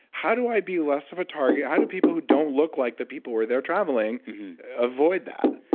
how do i be less of target? how do people who don't look like the people who are there traveling avoid that?